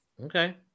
Okay